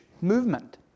movement